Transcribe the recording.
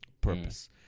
purpose